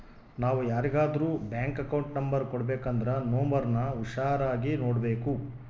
ನಾವು ಯಾರಿಗಾದ್ರೂ bank account number ಕೊಡಬೇಕಂದ್ರ ನೋಂಬರ್ನ ಹುಷಾರಾಗಿ ನೋಡ್ಬೇಕು